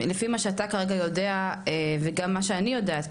לפי מה שאתה כרגע יודע וגם מה שאני יודעת,